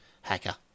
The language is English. hacker